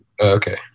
Okay